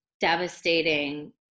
devastating